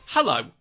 Hello